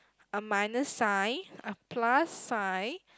a minus sign a plus sign